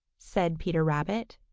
said peter rabbit.